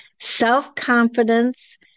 self-confidence